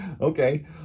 okay